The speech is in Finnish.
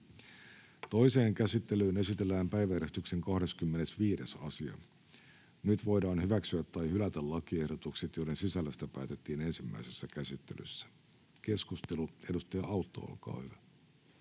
Toiseen käsittelyyn esitellään päiväjärjestyksen 28. asia. Nyt voidaan hyväksyä tai hylätä lakiehdotukset, joiden sisällöstä päätettiin ensimmäisessä käsittelyssä. — Keskustelu, edustaja Perholehto